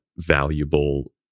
valuable